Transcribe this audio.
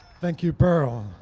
thank you, pearl.